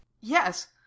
yes